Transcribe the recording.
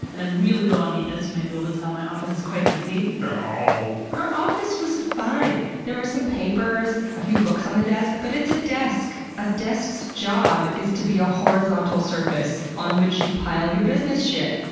and i'm really low on neatness, you might be able to tell. my office is quite messy. her office was fine! there were some papers, a few books on the desk, but it's a desk! a desk's job is to be a horizontal service on which you pile your business shit!